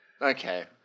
Okay